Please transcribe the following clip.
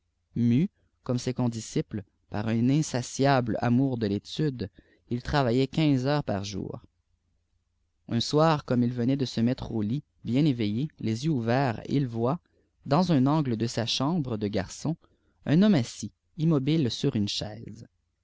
mu comme ses condisciples pr un insatiable amour de l'étude il travaillait quinze heures par jour un soir comme il venait de se mettre au lit bien éveillé les yeux ouverts il voit dans un angle de sa chambre de garçon un homme assis immobile sur une chaise